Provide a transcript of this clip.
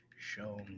show